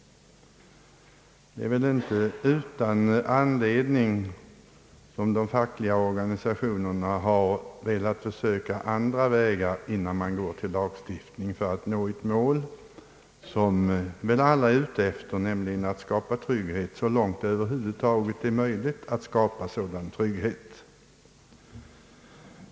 Det är inte utan anledning som de fackliga organisationerna har velat försöka andra vägar, innan man går till lagstiftning för att nå det mål som väl alla är ute efter, nämligen att skapa trygghet så långt detta över huvud taget är möjligt.